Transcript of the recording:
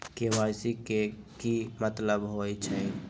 KYC के कि मतलब होइछइ?